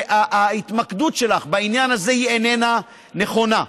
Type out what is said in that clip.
וההתמקדות שלך בעניין הזה איננה נכונה.